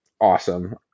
Awesome